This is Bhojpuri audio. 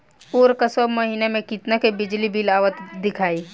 ओर का सब महीना में कितना के बिजली बिल आवत दिखाई